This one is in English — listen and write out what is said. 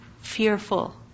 fearful